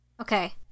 Okay